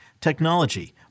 technology